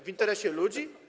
W interesie ludzi?